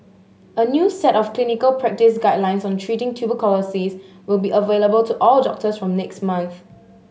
a new set of clinical practice guidelines on treating tuberculosis will be available to all doctors from next month